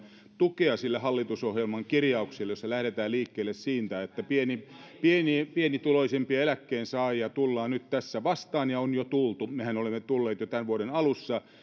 tukea sille hallitusohjelman kirjaukselle jossa lähdetään liikkeelle siitä että pienituloisimpia eläkkeensaajia tullaan nyt tässä vastaan ja on jo tultu mehän olemme tulleet jo tämän vuoden alussa